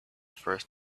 first